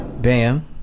Bam